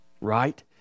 Right